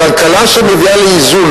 כלכלה שמביאה לאיזון,